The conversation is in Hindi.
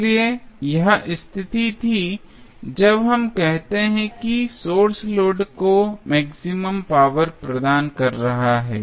इसलिए यह स्थिति थी जब हम कहते हैं कि सोर्स लोड को मैक्सिमम पावर प्रदान कर रहा है